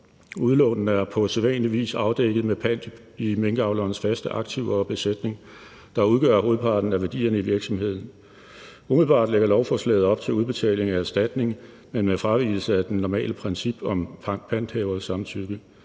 Udlånene er på sædvanlig vis afdækket med pant i minkavlernes drift og aktiver og besætning, der udgør hovedparten af værdierne i virksomheden. Umiddelbart lægger lovforslaget op til udbetaling af erstatning, men med fravigelse af det normale princip om panthavers samtykke.